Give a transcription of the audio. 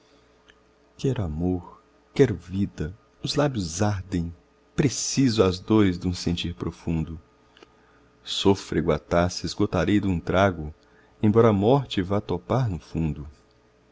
quero amor quero vida os lábios ardem preciso as dores dum sentir profundo sôfrego a taça esgotarei dum trago embora a morte vá topar no fundo